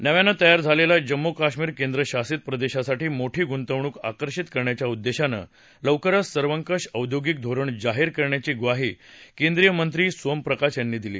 नव्यानं तयार झालेल्या जम्मू काश्मीर केंद्रशासित प्रदेशासाठी मोठी गुंतवणूक आकर्षित करण्याच्या उद्देशानं लवरकच सर्वकष औद्योगिक धोरण जाहीर करण्याची व्वाही केंद्रीय मंत्री सोम प्रकाश यांनी दिली